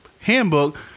handbook